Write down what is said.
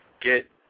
get